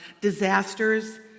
disasters